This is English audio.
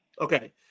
Okay